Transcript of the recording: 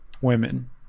women